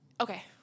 okay